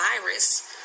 virus